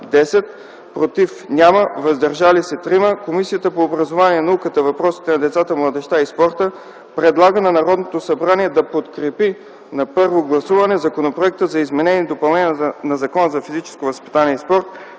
10 , против – 0, въздържали се – 3, Комисията по образованието, науката, въпросите на децата, младежта и спорта, предлага на Народното събрание да подкрепи на първо гласуване Законопроекта за изменение и допълнение на Закона за физическото възпитание и спорта,